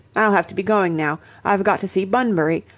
i'll have to be going now. i've got to see bunbury.